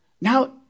Now